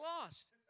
lost